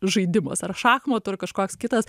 žaidimas ar šachmatų ar kažkoks kitas